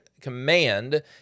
command